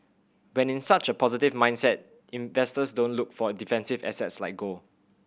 when in such a positive mindset investors don't look for a defensive assets like gold